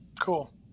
cool